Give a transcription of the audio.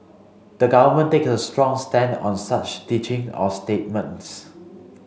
the Government takes a strong stand on such teaching or statements